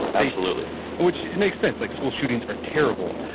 absolutely and which makes sense. like school shootings are terrible.